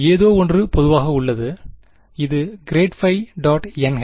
ஏதோ ஒன்று பொதுவாக உள்ளது இது ∇ϕ·n